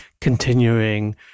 continuing